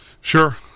sure